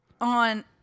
on